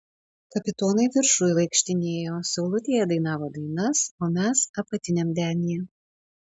kapitonai viršuj vaikštinėjo saulutėje dainavo dainas o mes apatiniam denyje